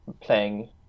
playing